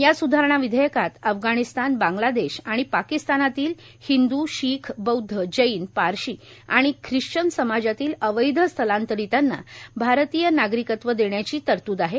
या स्धारणा विधेयकात अफगाणिस्तान बांगलादेश आणि पाकिस्तानातल्या हिंदू शीख बौद्ध जैन पारशी आणि ख्रिश्चन समाजातल्या अवैध स्थलांतरितांना भारतीय नागरिकत्व देण्याची तरतूद आहे